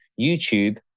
YouTube